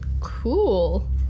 Cool